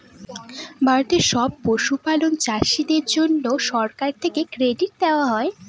ভারতের সব পশুপালক চাষীদের জন্যে সরকার থেকে ক্রেডিট দেওয়া হয়